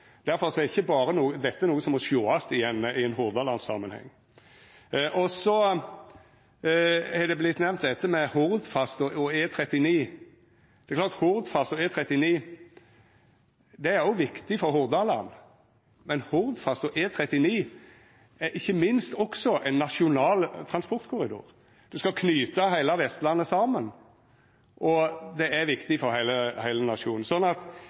er ikkje dette berre noko som må sjåast i ein Hordaland-samanheng. Så har dette med Hordfast og E39 vorte nemnt. Det er klart at Hordfast og E39 òg er viktig for Hordaland, men Hordfast og E39 er ikkje minst også ein nasjonal transportkorridor. Ein skal knyta heile Vestlandet saman, og det er viktig for heile nasjonen. Her er